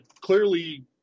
clearly